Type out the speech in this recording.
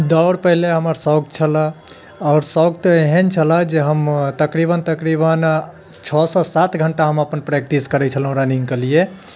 दौड़ पहिले हमर शौख छलऽ आओर शौख तऽ एहन छलऽ जे हम तकरीबन तकरीबन छओ सँ सात घण्टा हम अपन प्रैक्टिस करैत छलहुँ रनिङ्गके लिए